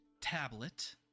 tablet